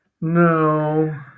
No